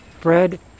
Bread